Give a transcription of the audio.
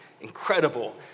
incredible